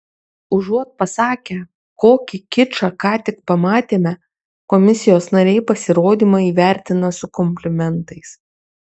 užuot pasakę kokį kičą ką tik pamatėme komisijos nariai pasirodymą įvertina su komplimentais